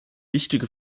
wichtige